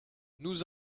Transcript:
nous